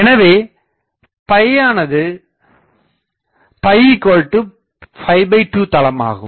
எனவே யானது 2தளமாகும்